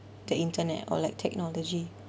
the internet or like technology